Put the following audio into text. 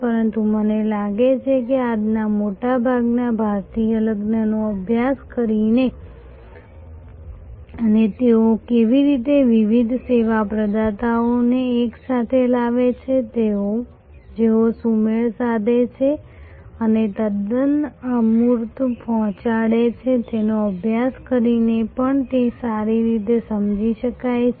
પરંતુ મને લાગે છે કે આજના મોટા ભારતીય લગ્નનો અભ્યાસ કરીને અને તેઓ કેવી રીતે વિવિધ સેવા પ્રદાતાઓને એકસાથે લાવે છે જેઓ સુમેળ સાધે છે અને તદ્દન અમૂર્ત પહોંચાડે છે તેનો અભ્યાસ કરીને પણ તે સારી રીતે સમજી શકાય છે